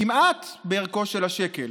כמעט בערכו של השקל.